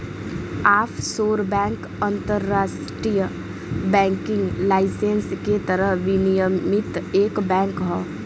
offshore bank अंतरराष्ट्रीय banking licence के तहत विनियमित एक बैंक हौ